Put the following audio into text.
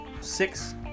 six